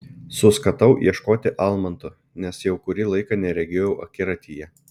suskatau ieškoti almanto nes jau kurį laiką neregėjau akiratyje